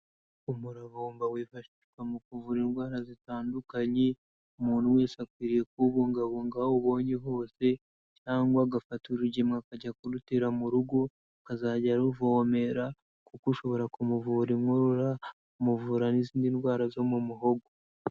Umurarumba wifashwa mu kuvura indwara zitandukanye, umuntu wese akwiriye kuwubungabunga aho awubonye hose cyangwa agafata urugemwe akajya kurutera mu rugo, akazajya aruvomera kuko ushobora kumuvura inkorora, ukamuvura n'izindi ndwara zo mu muhogo.